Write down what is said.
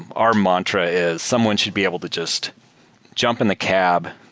our mantra is someone should be able to just jump in the cab,